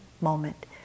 moment